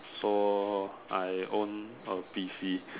so I own a P_C